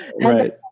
Right